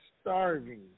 starving